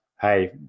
hey